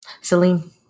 Celine